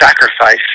sacrifice